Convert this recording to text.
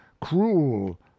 cruel